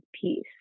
peace